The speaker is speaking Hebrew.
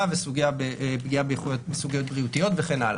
ופגיעה בסוגיות בריאותיות וכן הלאה.